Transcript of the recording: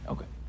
Okay